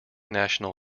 national